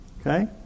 okay